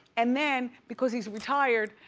and then, because he's retired,